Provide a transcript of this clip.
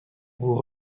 vous